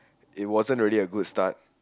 it wasn't really a good start